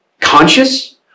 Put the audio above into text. conscious